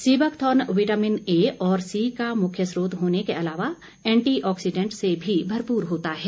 sea buckthorn vitamin A और C का मुख्य स्रोत होने के अलावा एंटीऑक्सीडेंट से भी भरपूर होता है